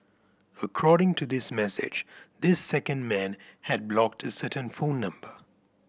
according to this message this second man had blocked a certain phone number